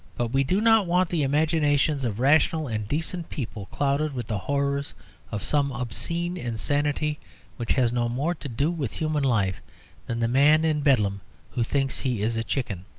but we do not want the imaginations of rational and decent people clouded with the horrors of some obscene insanity which has no more to do with human life than the man in bedlam who thinks he is a chicken.